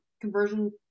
conversion